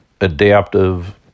adaptive